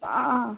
ಆಂ ಆಂ